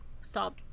Stop